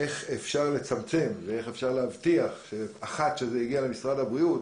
איך אפשר לצמצם ואיך אפשר להבטיח שכאשר זה יגיע למשרד הבריאות,